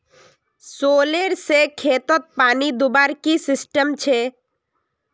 Solar से खेतोत पानी दुबार की सिस्टम छे?